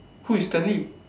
who is Stanley